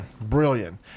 brilliant